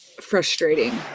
frustrating